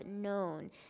known